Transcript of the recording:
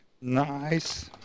Nice